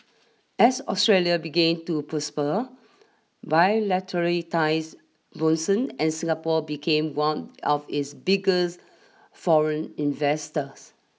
as Australia began to prosper bilateral ties blossomed and Singapore became one of its biggest foreign investors